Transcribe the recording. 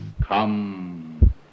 Come